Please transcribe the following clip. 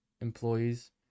employees